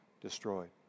destroyed